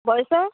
ବୟସ